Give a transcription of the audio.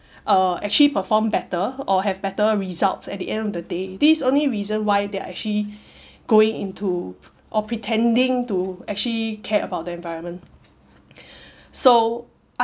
uh actually perform better or have better results at the end of the day this is the only reason why they are actually going into or pretending to actually care about the environment so